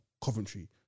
coventry